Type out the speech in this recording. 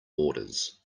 orders